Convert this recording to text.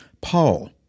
Paul